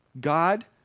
God